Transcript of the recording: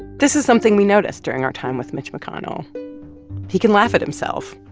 this is something we noticed during our time with mitch mcconnell he can laugh at himself.